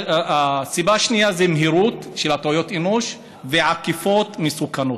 הסיבה השנייה בטעויות אנוש זה מהירות ועקיפות מסוכנות.